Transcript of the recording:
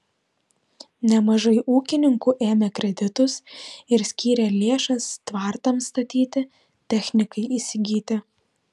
nemažai ūkininkų ėmė kreditus ir skyrė lėšas tvartams statyti technikai įsigyti